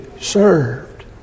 served